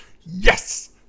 yes